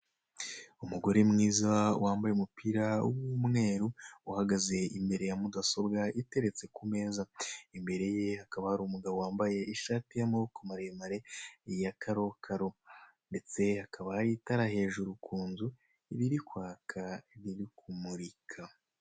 Umugore mwiza wambaye umupira w'umweru, uhagaze imbere ya mudasobwa iteretse ku meza, imbere ye hakaba hari umugabo wambaye ishati y'amaboko maremare ya karo karo, ndetse hakaba hari itara hejuru ku nzu, riri kwaka riri kumurika.